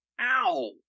ow